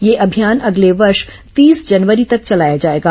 यह अभियान अगले वर्ष तीस जनवरी तक चलाया जाएगा